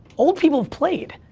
old people have played,